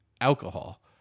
alcohol